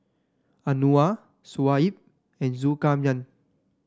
Anuar Shoaib and Zulkarnain